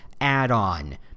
add-on